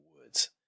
woods